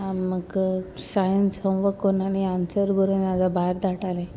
म्हाका science homework कोन्ना आनी आन्सर बरयना जाल्यार भायर धाडटाले